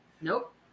Nope